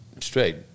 straight